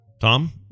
Tom